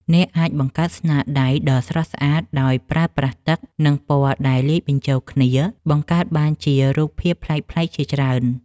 អ្នកអាចបង្កើតស្នាដៃដ៏ស្រស់ស្អាតដោយប្រើប្រាស់ទឹក និង ពណ៌ដែលលាយបញ្ចូលគ្នាបង្កើតបានជារូបភាពប្លែកៗជាច្រើន។